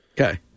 Okay